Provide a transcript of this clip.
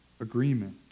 agreement